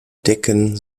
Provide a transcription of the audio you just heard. decken